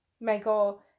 Michael